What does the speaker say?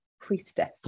priestess